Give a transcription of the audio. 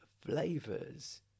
flavors